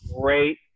great